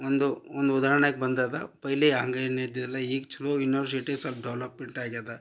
ಒಂದು ಒಂದು ಉದಾಹರ್ಣೆಗೆ ಬಂದದ ಪೈಲಿ ಹಂಗೇನು ಇದಿಲ್ಲ ಈಗ ಚಲೋ ಯುನಿವರ್ಸಿಟಿ ಸೊಲ್ಪ ಡೆವಲಪ್ಮೆಂಟ್ ಆಗ್ಯದ